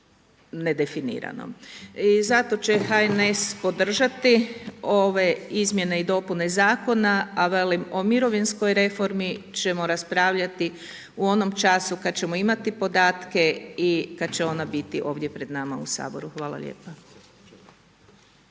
I zato će HNS podržati ove izmjene i dopune zakona, a velim o mirovinskoj reformi ćemo raspravljati o onom času kad ćemo imati podatke i kada će ona biti ovdje pred nama u Saboru. Hvala lijepo.